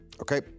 Okay